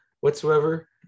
whatsoever